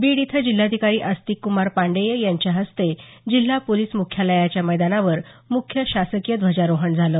बीड इथं जिल्हाधिकारी आस्तिक कुमार पाण्डेय यांच्या हस्ते जिल्हा पोलीस मुख्यालयाच्या मैदानावर मुख्य शासकीय ध्वजारोहण झालं